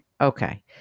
Okay